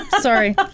Sorry